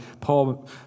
Paul